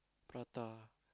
prata